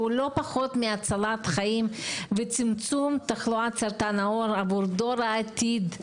שהוא לא פחות מהצלת חיים וצמצום תחלואת סרטן העור עבור דור העתיד,